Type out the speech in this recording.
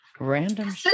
Random